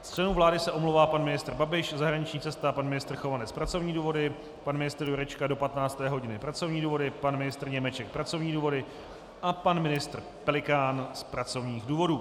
Z členů vlády se omlouvá pan ministr Babiš zahraniční cesta, pan ministr Chovanec pracovní důvody, pan ministr Jurečka do 15 hodin pracovní důvody, pan ministr Němeček pracovní důvody, pan ministr Pelikán z pracovních důvodů.